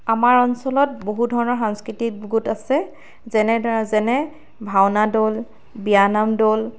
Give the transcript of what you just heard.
আমাৰ অঞ্চলত বহুত ধৰণৰ সাংস্কৃতিক গোট আছে যেনে ধৰা যেনে ভাওনা দল বিয়া নাম দল